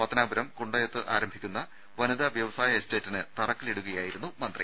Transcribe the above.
പത്തനാപുരം കുണ്ടയത്ത് ആരംഭിക്കുന്ന വനിതാ വ്യവസായ എസ്റ്റേറ്റിന് തറക്കല്ലിടുകയായിരുന്നു മന്ത്രി